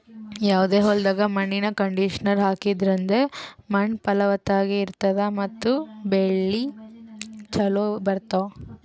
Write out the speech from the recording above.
ಯಾವದೇ ಹೊಲ್ದಾಗ್ ಮಣ್ಣಿನ್ ಕಂಡೀಷನರ್ ಹಾಕದ್ರಿಂದ್ ಮಣ್ಣ್ ಫಲವತ್ತಾಗಿ ಇರ್ತದ ಮತ್ತ್ ಬೆಳಿ ಚೋಲೊ ಬರ್ತಾವ್